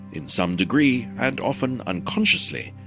in some degree and often unconsciously,